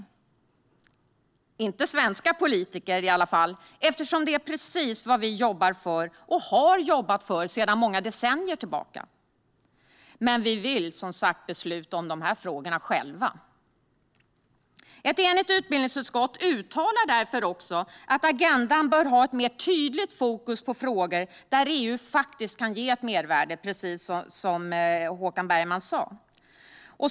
Det gör i alla fall inte svenska politiker, eftersom detta är precis vad vi jobbar för och har jobbat för sedan många decennier tillbaka. Men vi vill, som sagt, besluta om dessa frågor själva. Ett enigt utbildningsutskott uttalar därför också att agendan bör ha ett mer tydligt fokus på frågor där EU faktiskt kan ge ett mervärde, precis som Håkan Bergman sa.